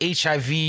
HIV